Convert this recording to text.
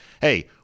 hey